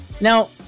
Now